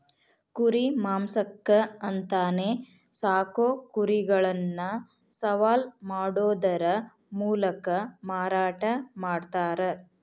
ಕುರಿ ಮಾಂಸಕ್ಕ ಅಂತಾನೆ ಸಾಕೋ ಕುರಿಗಳನ್ನ ಸವಾಲ್ ಮಾಡೋದರ ಮೂಲಕ ಮಾರಾಟ ಮಾಡ್ತಾರ